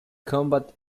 combat